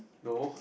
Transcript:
no